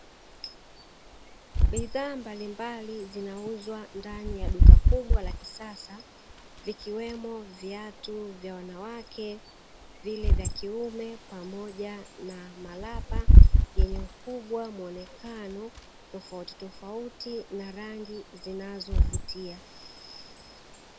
Bidhaa mbalimbali zinauzwa ndani ya duka kubwa la kisasa, vikiwemo viatu vya wanawake, vile vya kiume pamoja na malapa, yenye ukubwa, muonekano tofautitofauti na rangi zinazovutia.